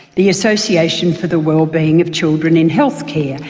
the association for the wellbeing of children in healthcare,